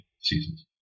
seasons